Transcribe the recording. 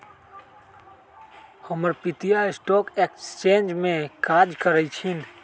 हमर पितिया stock exchange में काज करइ छिन्ह